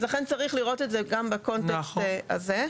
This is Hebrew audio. אז לכן צריך לראות את זה גם בקונטקסט הזה.